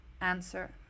answer